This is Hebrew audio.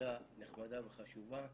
ילדה נחמדה וחשובה,